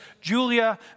Julia